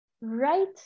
right